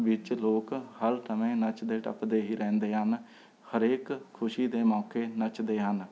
ਵਿੱਚ ਲੋਕ ਹਰ ਸਮੇਂ ਨੱਚਦੇ ਟੱਪਦੇ ਹੀ ਰਹਿੰਦੇ ਹਨ ਹਰੇਕ ਖੁਸ਼ੀ ਦੇ ਮੌਕੇ ਨੱਚਦੇ ਹਨ